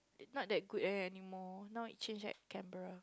not that good anymore now it change at Canberra